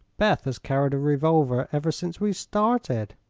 beth has carried a revolver ever since we started.